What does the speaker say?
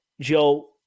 Joe